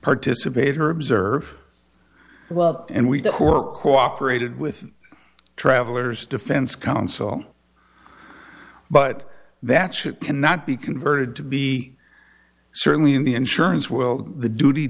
participate or observe well and we cooperated with travellers defense counsel but that's it cannot be converted to be certainly in the insurance well the duty